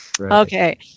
Okay